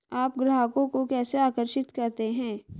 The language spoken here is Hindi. आप ग्राहकों को कैसे आकर्षित करते हैं?